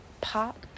pop